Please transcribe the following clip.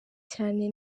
cyane